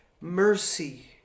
mercy